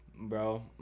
bro